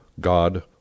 god